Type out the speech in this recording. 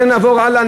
נעבור הלאה.